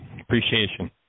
Appreciation